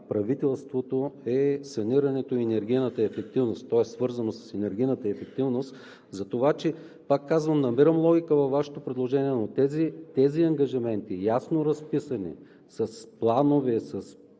правителството е санирането и енергийната ефективност, то е свързано с енергийната ефективност. Пак казвам, намирам логика във Вашето предложение, но тези ангажименти с планове, с